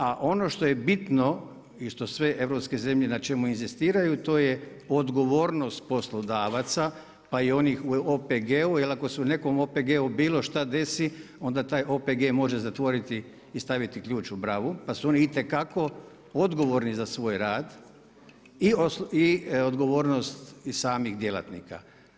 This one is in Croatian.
A ono što je bitno i što sve europske zemlje na čemu inzistiraju, to je odgovornost poslodavaca pa i onih u OPG-u jel ako se nekom OPG-u bilo šta desi onda taj OPG može zatvoriti i staviti ključ u bravu pa su oni itekako odgovorni za svoj rad i odgovornost samih djelatnika.